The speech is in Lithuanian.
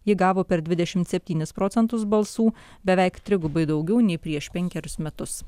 ji gavo per dvidešimt septynis procentus balsų beveik trigubai daugiau nei prieš penkerius metus